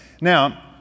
Now